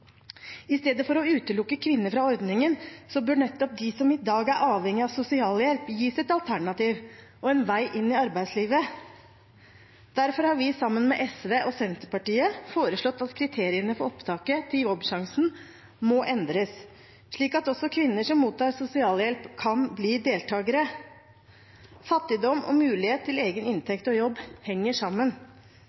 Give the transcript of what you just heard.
I stedet for å utelukke kvinner fra ordningen bør nettopp de som i dag er avhengige av sosialhjelp, gis et alternativ og en vei inn i arbeidslivet. Derfor har vi sammen med SV og Senterpartiet foreslått at kriteriene for opptaket til Jobbsjansen må endres, slik at også kvinner som mottar sosialhjelp, kan bli deltakere. Fattigdom og mulighet til egen inntekt og jobb henger sammen.